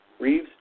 Reeves